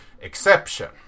exception